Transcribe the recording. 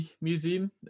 Museum